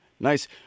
Nice